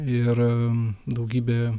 ir daugybė